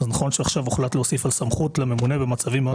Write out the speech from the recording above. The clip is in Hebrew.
נכון שעכשיו הוחלט להוסיף לממונה סמכות במצבים מאוד מסוימים.